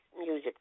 music